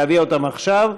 להביא אותם עכשיו,